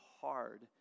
hard